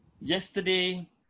Yesterday